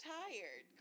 tired